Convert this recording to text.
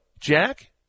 Jack